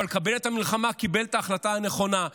אבל קבינט המלחמה קיבל את ההחלטה הנכונה: